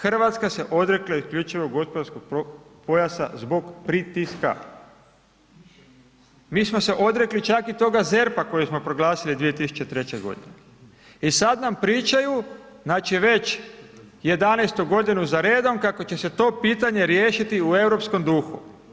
Hrvatska se odrekla isključivog gospodarskog pojasa zbog pritiska, mi smo se odrekli čak i toga ZERP-a kojeg smo proglasili 2003. godine i sad nam pričaju, znači već 11 godinu za redom kako će se to pitanje riješiti u europskom duhu.